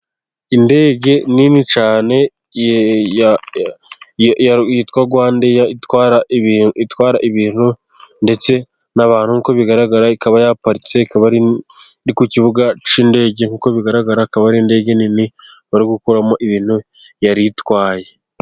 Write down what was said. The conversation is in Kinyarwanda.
Indege nini cyane yitwa rwandeya itwara ibintu ndetse n'abantu . Bigaragara ikaba yaparitse ku kibuga cy'indege' bigaragara akaba ari indege nini wari gukuramo ibintu yaritwaye.